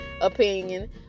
opinion